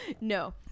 no